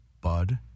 bud